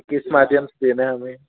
किस माध्यम से देना है हमें